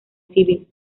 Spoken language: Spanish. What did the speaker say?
civil